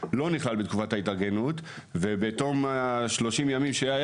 לא נכלל בתקופת ההתארגנות ובתום 30 הימים,